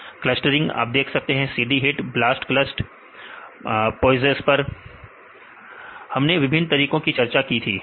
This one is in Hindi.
विद्यार्थी क्लस्टरिंग आप देख सकते हैं cd hit blastclust विद्यार्थी blastclust Poises पर विद्यार्थी हमने विभिन्न तरीकों की चर्चा की थी